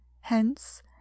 hence